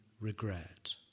regret